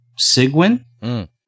Sigwin